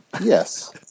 Yes